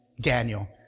Daniel